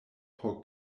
por